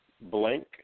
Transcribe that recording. blank